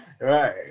Right